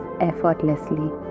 effortlessly